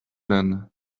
than